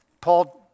Paul